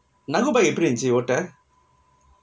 rahgu bike எப்படி இருந்துச்சு ஓட்ட:eppadi irunthichhi otta